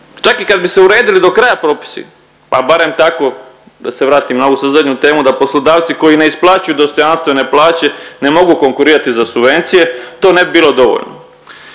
Čak i kad bi se uredili do kraja propisi, a barem tako, da se vratim na ovu sad zadnju temu, da poslodavci koji ne isplaćuju dostojanstvene plaće, ne mogu konkurirati za subvencije, to ne bi bilo dovoljno.